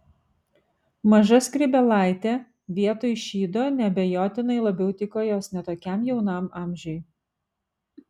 maža skrybėlaitė vietoj šydo neabejotinai labiau tiko jos ne tokiam jaunam amžiui